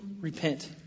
repent